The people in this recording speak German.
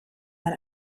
man